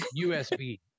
USB